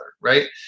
right